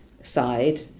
side